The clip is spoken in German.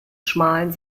schmalen